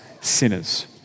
sinners